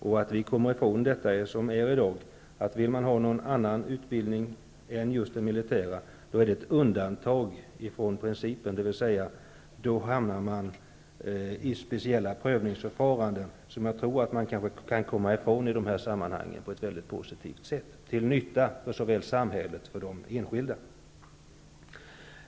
Om man i dag vill ha någon annan utbildning än just den militära är det ett undantag från principen, och då hamnar man i speciella prövningsförfaranden som jag tror att man kanske kan komma ifrån, till nytta för såväl samhället som den enskilde.